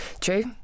true